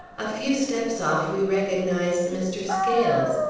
a few steps off we recognized mr. scales.